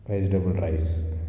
vegetable rice